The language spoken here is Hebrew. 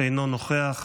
אינו נוכח.